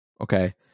okay